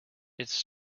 its